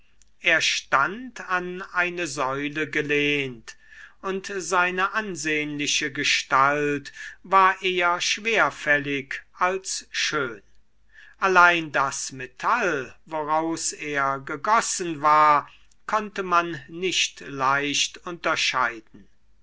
er stand an eine säule gelehnt und seine ansehnliche gestalt war eher schwerfällig als schön allein das metall woraus er gegossen war konnte man nicht leicht unterscheiden